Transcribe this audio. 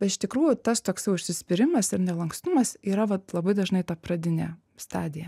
bet iš tikrųjų tas toks jo užsispyrimas ir nelankstumas yra vat labai dažnai ta pradinė stadija